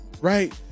right